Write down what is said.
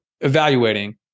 evaluating